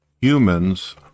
humans